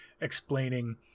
explaining